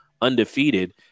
undefeated